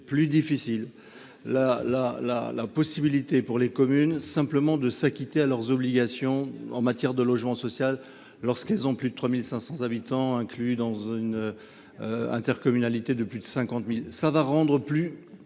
plus difficile la la la la possibilité pour les communes simplement de s'acquitter à leurs obligations en matière de logement social lorsqu'elles ont plus de 3500 habitants inclus dans une. Intercommunalité de plus de 50.000 ça va rendre plus